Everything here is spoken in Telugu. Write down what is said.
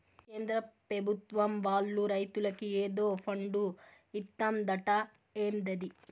కేంద్ర పెభుత్వం వాళ్ళు రైతులకి ఏదో ఫండు ఇత్తందట ఏందది